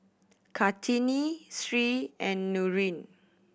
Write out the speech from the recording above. Kartini Sri and Nurin